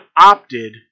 opted